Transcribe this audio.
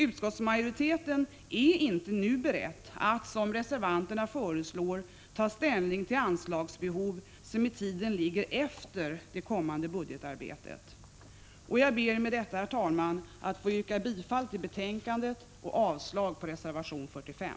Utskottsmajoriteten är emellertid inte nu beredd att, som reservanterna föreslår, ta ställning till anslagsbehov som i tiden ligger efter det kommande budgetarbetet. Jag ber med detta, herr talman, att få yrka bifall till utskottets hemställan och avslag på reservation 45.